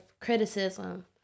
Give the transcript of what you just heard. criticism